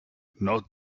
not